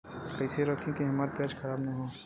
कइसे रखी कि हमार प्याज खराब न हो?